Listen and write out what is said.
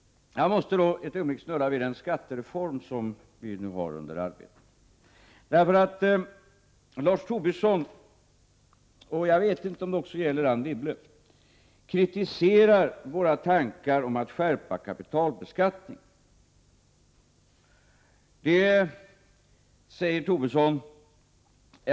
Jag måste då ett ögonblick snudda vid den skattereform som nu är under arbete. Lars Tobisson — jag vet inte om det också gäller Ann Wibble — kritiserar våra tankar om att skärpa kapitalbeskattningen. Det är fel, säger Tobisson.